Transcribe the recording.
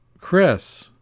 Chris